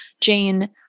Jane